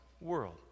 world